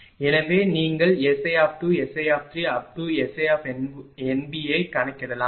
எனவே நீங்கள் SI2 SI3SINB ஐக் கணக்கிடலாம்